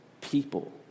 people